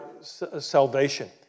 salvation